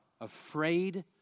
afraid